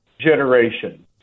generation